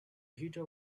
heather